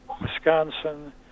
Wisconsin